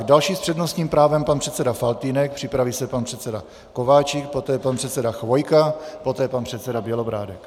Další s přednostním právem pan předseda Faltýnek, připraví se pan předseda Kováčik, poté pan předseda Chvojka, poté pan předseda Bělobrádek.